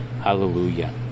Hallelujah